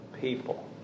people